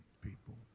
people